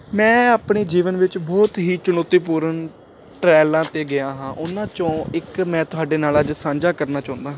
ਮੈਂ ਆਪਣੇ ਜੀਵਨ ਵਿੱਚ ਬਹੁਤ ਹੀ ਚੁਣੌਤੀਪੂਰਨ ਟਰਾਇਲਾਂ 'ਤੇ ਗਿਆ ਹਾਂ ਉਹਨਾਂ 'ਚੋਂ ਇੱਕ ਮੈਂ ਤੁਹਾਡੇ ਨਾਲ ਅੱਜ ਸਾਂਝਾ ਕਰਨਾ ਚਾਹੁੰਦਾ ਹਾਂ